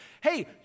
Hey